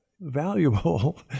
valuable